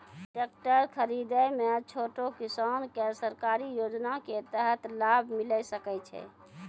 Tractor खरीदै मे छोटो किसान के सरकारी योजना के तहत लाभ मिलै सकै छै?